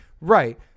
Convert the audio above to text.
Right